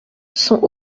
sont